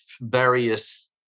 various